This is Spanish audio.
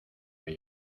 que